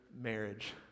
marriage